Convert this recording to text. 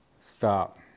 Stop